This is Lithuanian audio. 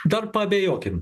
dar paabejokime